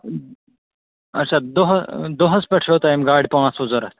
اَچھا دۄہہٕ دۄہَس پٮ۪ٹھ چھَو تۄہہِ یِم گاڑِ پانٛژھ چھَو ضروٗرت